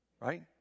right